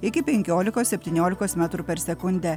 iki penkiolikos septyniolikos metrų per sekundę